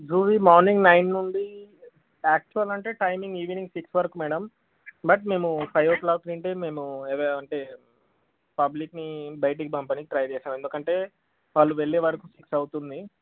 జూవి morning nine నుండి actual అంటే timing evening six వరకు మేడం బట్ మేము ఫైవ్ ఓ క్లాక్ నుండే మేము ఏవే అంటే పబ్లిక్ని బయటికి పంపడానికి ట్రై చేస్తాం ఎందుకంటే వాళ్ళు వెళ్ళే వరకు సిక్స్ అవుతుంది